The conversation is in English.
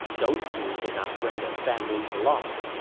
those two did not bring their families along.